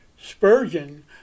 Spurgeon